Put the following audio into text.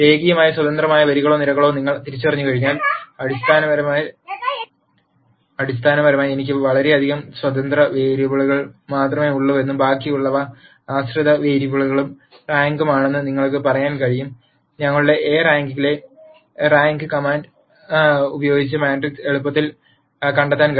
രേഖീയമായി സ്വതന്ത്രമായ വരികളോ നിരകളോ നിങ്ങൾ തിരിച്ചറിഞ്ഞുകഴിഞ്ഞാൽ അടിസ്ഥാനപരമായി എനിക്ക് വളരെയധികം സ്വതന്ത്ര വേരിയബിളുകൾ മാത്രമേ ഉള്ളൂവെന്നും ബാക്കിയുള്ളവ ആശ്രിത വേരിയബിളുകളും റാങ്കും ആണെന്നും നിങ്ങൾക്ക് പറയാൻ കഴിയും ഞങ്ങളുടെ എ റാങ്കിലെ റാങ്ക് കമാൻഡ് ഉപയോഗിച്ച് മാട്രിക്സ് എളുപ്പത്തിൽ കണ്ടെത്താൻ കഴിയും